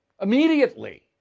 immediately